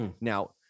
Now